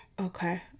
Okay